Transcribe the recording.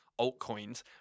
altcoins